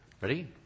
Ready